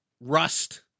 rust